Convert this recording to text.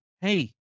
hey